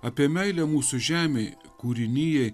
apie meilę mūsų žemei kūrinijai